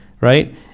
right